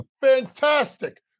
fantastic